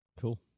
Cool